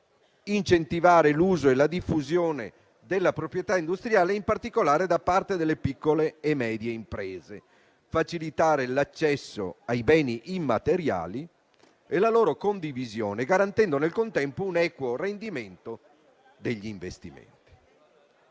incentivare l'uso e la diffusione della proprietà industriale, in particolare da parte delle piccole e medie imprese; facilitare l'accesso ai beni immateriali e la loro condivisione, garantendo, nel contempo, un equo rendimento degli investimenti.